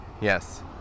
Yes